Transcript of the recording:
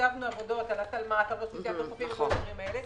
כתבנו עבודות על החופים וכל הדברים האלה.